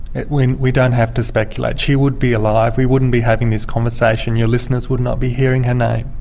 we we don't have to speculate. she would be alive. we wouldn't behaving this conversation. your listeners would not be hearing her name.